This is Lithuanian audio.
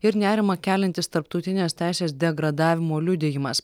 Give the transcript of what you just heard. ir nerimą keliantis tarptautinės teisės degradavimo liudijimas